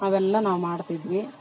ಅವೆಲ್ಲಾ ನಾವು ಮಾಡ್ತಿದ್ವಿ